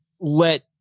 let